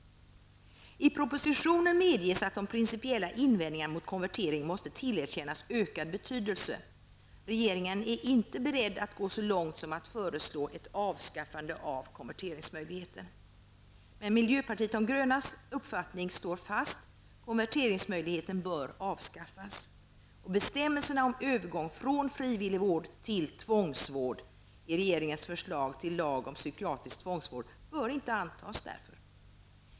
I propositionen medges att de principiella invändningarna mot konvertering måste tillerkännas ökad betydelse. Regeringen är emellertid inte beredd att gå så långt som att föreslå ett avskaffande av konverteringsmöjligheten. Miljöpartiet de grönas uppfattning står fast, konverteringsmöjligheten bör avskaffas. Bestämmelserna om övergång från frivillig vård till tvångsvård i regeringens förslag till lag om psykiatrisk tvångsvård bör därför inte antas.